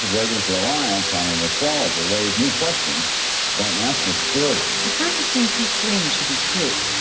reagan's reliance on on an astrologer raise new questions about national security at first, it seemed too strange to be true.